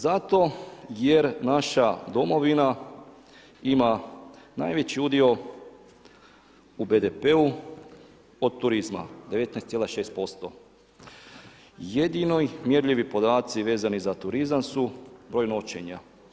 Zato jer naša domovina ima najveći udio u BDP-u od turizma, 19,6%. jedini mjerljivi podaci vezani za turizam su broj noćenja.